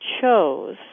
chose